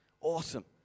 Awesome